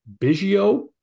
Biggio